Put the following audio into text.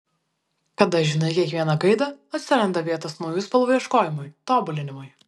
kada žinai kiekvieną gaidą atsiranda vietos naujų spalvų ieškojimui tobulinimui